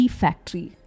factory